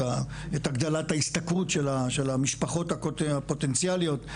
את הגדלת ההשתכרות של המשפחות הפוטנציאליות,